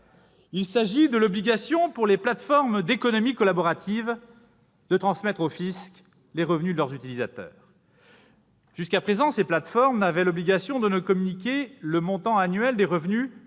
Il s'agit de l'obligation pour les plateformes d'économie collaborative de transmettre au fisc les revenus de leurs utilisateurs. Jusqu'à présent, les plateformes n'avaient l'obligation de ne communiquer le montant annuel des revenus